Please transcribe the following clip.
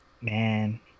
Man